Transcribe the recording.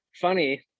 funny